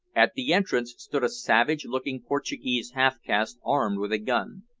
at the entrance stood a savage-looking portuguese half-caste armed with a gun.